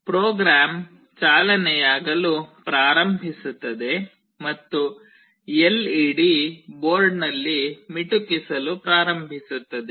program ಚಾಲನೆಯಾಗಲು ಪ್ರಾರಂಭಿಸುತ್ತದೆ ಮತ್ತು ಎಲ್ಇಡಿ ಬೋರ್ಡ್ನಲ್ಲಿ ಮಿಟುಕಿಸಲು ಪ್ರಾರಂಭಿಸುತ್ತದೆ